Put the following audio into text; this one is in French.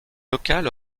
locale